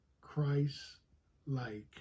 Christ-like